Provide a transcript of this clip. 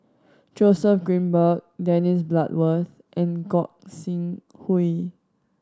Joseph Grimberg Dennis Bloodworth and Gog Sing Hooi